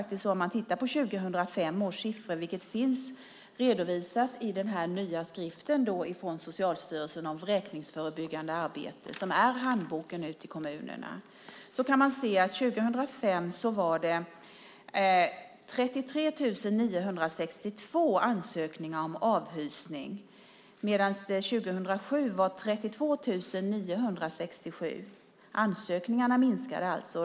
2005 års siffror finns redovisade i den här nya skriften från Socialstyrelsen om vräkningsförebyggande arbete. Det är handboken ute i kommunerna. År 2005 kom det in 33 962 ansökningar om avhysning, och år 2007 kom det in 32 967. Antalet ansökningar minskade alltså.